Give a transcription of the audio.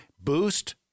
Boost